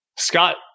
Scott